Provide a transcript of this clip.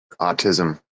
Autism